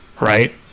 right